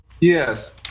Yes